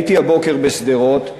הייתי הבוקר בשדרות,